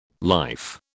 Life